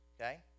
okay